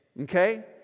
Okay